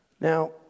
Now